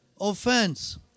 offense